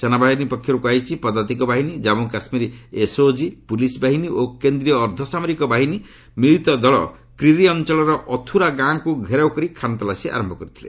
ସେନାବାହିନୀ ପକ୍ଷରୁ କୁହାଯାଇଛି ପଦାତିକ ବାହିନୀ ଜମ୍ମୁ କାଶ୍ମୀରର ଏସ୍ଓଜି ପୁଲିସ୍ ବାହିନୀ ଓ କେନ୍ଦ୍ରୀୟ ଅର୍ଦ୍ଧସାମରିକ ବାହିନୀ ମିଳିତ ଦଳ କ୍ରିରି ଅଞ୍ଚଳର ଅଥୁରା ଗାଁକୁ ଘେରାଉ କରି ଖାନ୍ତଲାସୀ ଆରୟ କରିଥିଲେ